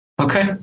Okay